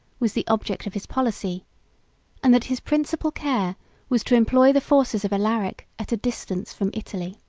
was the object of his policy and that his principal care was to employ the forces of alaric at a distance from italy.